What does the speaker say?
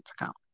account